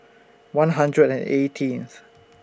one hundred and eighteenth